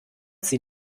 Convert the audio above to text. sie